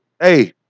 Hey